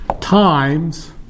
times